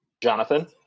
Jonathan